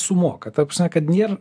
sumoka ta prasme kad nėr